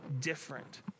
different